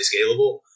scalable